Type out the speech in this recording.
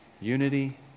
Unity